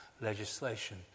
legislation